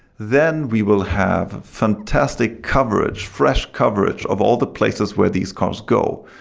then we will have fantastic coverage, fresh coverage of all the places where these cars go.